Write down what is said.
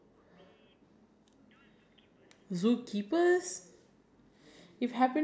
if happiness were the currency of the world what job would generate the most money